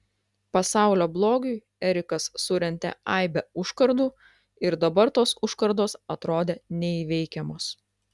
pasaulio blogiui erikas surentė aibę užkardų ir dabar tos užkardos atrodė neįveikiamos